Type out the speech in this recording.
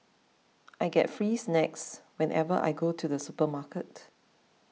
I get free snacks whenever I go to the supermarket